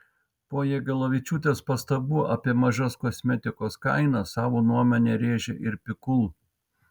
po jagelavičiūtės pastabų apie mažas kosmetikos kainas savo nuomonę rėžė ir pikul